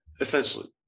Essentially